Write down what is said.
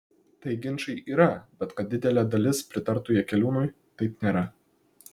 tai ginčai yra bet kad didelė dalis pritartų jakeliūnui taip nėra